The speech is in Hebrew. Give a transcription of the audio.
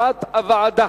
כהצעת הוועדה.